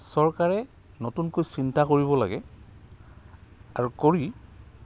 চৰকাৰে নতুনকৈ চিন্তা কৰিব লাগে আৰু কৰি